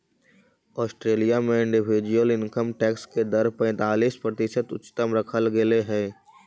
Australia में individual income tax के दर पैंतालीस प्रतिशत उच्चतम रखल गेले हई